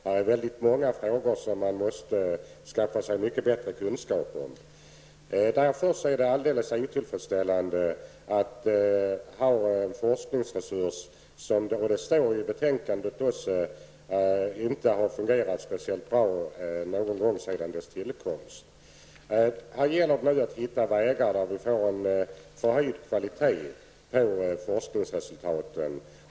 Där finns många frågor som man måste skaffa sig bättre kunskap om. Därför är det otillfredsställande att ha forskningsresurser som inte har fungerat speciellt bra sedan de tillkom -- det står också i betänkandet. Här gäller att hitta vägar för att få en förhöjd kvalitet på forskningsresultaten.